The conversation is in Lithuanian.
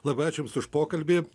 labai ačiū jums už pokalbį